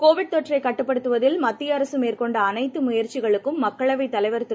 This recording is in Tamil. கோவிட் தொற்றைக் கட்டுப்படுத்துவதில் மத்தியஅரசுமேற்கொண்டஅனைத்துமுயற்சிகளுக்கும் மக்களவைத் தலைவர் திரு